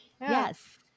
Yes